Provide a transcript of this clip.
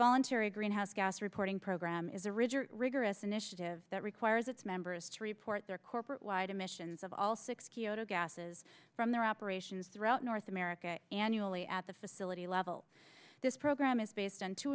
voluntary greenhouse gas reporting program is a ridge or rigorous initiative that requires its members to report their corporate wide emissions of all six kioto gases from their operations throughout north america annually at the facility level this program is based on t